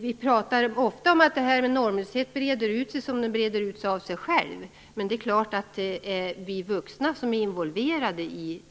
Vi pratar ofta om att normlösheten breder ut sig, som om den gjorde det av sig själv. Men det är klart att vi vuxna i så fall är involverade i